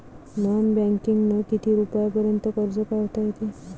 Non बँकिंगनं किती रुपयापर्यंत कर्ज काढता येते?